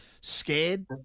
scared